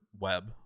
web